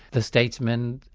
the statesmen,